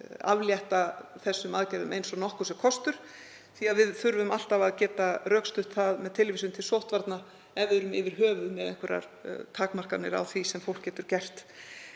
aflétta þessum aðgerðum eins og nokkurs er kostur því að við þurfum alltaf að geta rökstutt það með tilvísun til sóttvarna ef við erum yfir höfuð með einhverjar takmarkanir á því sem fólk getur gert.